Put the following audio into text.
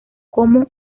cómo